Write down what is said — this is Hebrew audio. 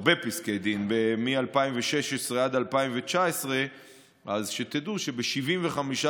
הרבה פסקי דין מ-2016 עד 2019. אז תדעו שב-75%